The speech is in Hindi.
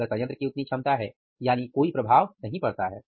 अगर संयंत्र की उतनी क्षमता है यानी कोई प्रभाव नहीं पड़ता है